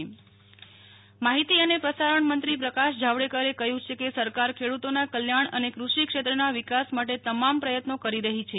નેહ્લ ઠક્કર માહિતી પ્રસારણમંત્રી માહિતી અને પ્રસારણ મંત્રી પ્રકાશ જાવડેકરે કહ્યું છે કે સરકાર ખેડૂતોનાકલ્યાણ અને કૃષિ ક્ષેત્રના વિકાસ માટે તમામ પ્રયત્નો કરી રહી છે